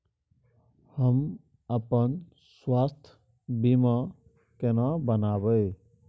हम अपन स्वास्थ बीमा केना बनाबै?